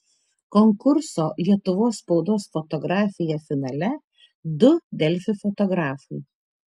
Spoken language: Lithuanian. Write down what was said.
konkurso lietuvos spaudos fotografija finale du delfi fotografai